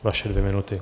Vaše dvě minuty.